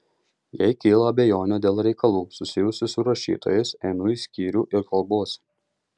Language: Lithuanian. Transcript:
jei kyla abejonių dėl reikalų susijusių su rašytojais einu į skyrių ir kalbuosi